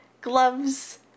gloves